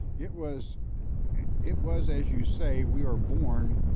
it was it was as you say, we are born.